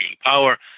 power